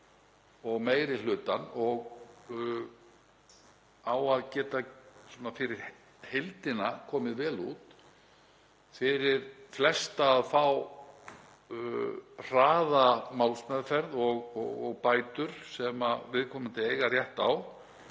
og meiri hlutann og á að geta fyrir heildina komið vel út, fyrir flesta að fá hraða málsmeðferð og bætur sem viðkomandi eiga rétt á